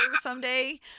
someday